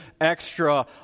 extra